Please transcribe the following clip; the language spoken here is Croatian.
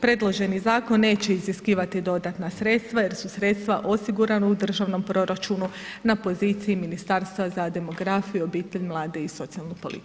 Predloženi zakon neće iziskivati dodatna sredstva jer su sredstva osigurana u državnom proračunu na poziciji Ministarstva za demografiju, obitelj, mlade i socijalnu politiku.